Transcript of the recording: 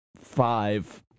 five